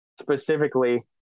specifically